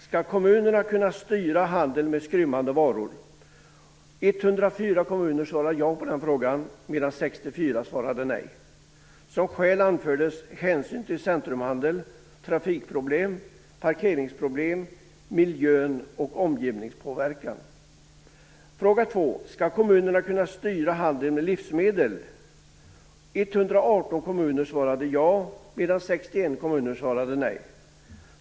Skall kommunerna kunna styra handel med skrymmande varor? - 104 kommuner svarade ja på den frågan, medan 64 svarade nej. Som skäl anfördes hänsyn till centrumhandel, trafikproblem, parkeringsproblem, miljön och omgivningspåverkan. 2. Skall kommunerna kunna styra handel med livsmedel? - 118 kommuner svarade ja, medan 61 svarade nej.